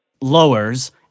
lowers